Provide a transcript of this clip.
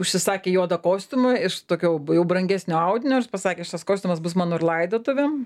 užsisakė juodą kostiumą iš tokio jau brangesnio audinio ir pasakė šitas kostiumas bus mano ir laidotuvėm